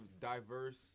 diverse